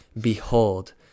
Behold